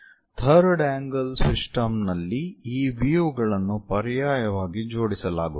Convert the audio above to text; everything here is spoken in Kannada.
ಥರ್ಡ್ ಆಂಗಲ್ ಸಿಸ್ಟಮ್ ನಲ್ಲಿ ಈ ವ್ಯೂ ಗಳನ್ನು ಪರ್ಯಾಯವಾಗಿ ಜೋಡಿಸಲಾಗುತ್ತದೆ